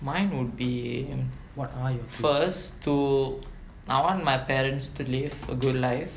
mine would be in what my first two I want my parents to live a good life